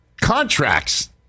contracts